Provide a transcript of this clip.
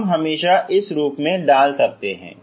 हम हमेशा इस रूप में डाल सकते हैं